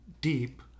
deep